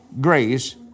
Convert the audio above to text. grace